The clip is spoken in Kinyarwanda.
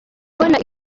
kubona